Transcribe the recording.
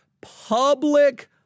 public